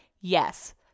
yes